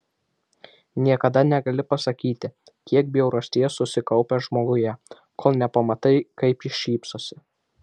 niekada negali pasakyti kiek bjaurasties susikaupę žmoguje kol nepamatai kaip jis šypsosi